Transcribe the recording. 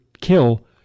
kill